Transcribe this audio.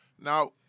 now